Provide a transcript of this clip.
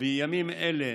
בימים אלה